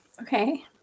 Okay